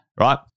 right